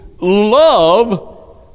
love